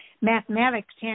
Mathematics